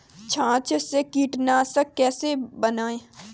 छाछ से कीटनाशक कैसे बनाएँ?